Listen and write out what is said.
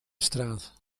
straat